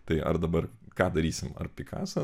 tai ar dabar ką darysim ar pikaso